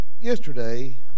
yesterday